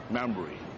Memory